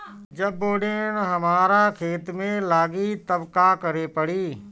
जब बोडिन हमारा खेत मे लागी तब का करे परी?